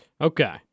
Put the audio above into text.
Okay